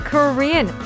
Korean